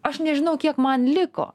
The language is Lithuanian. aš nežinau kiek man liko